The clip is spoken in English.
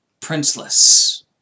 Princeless